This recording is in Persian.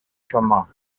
شما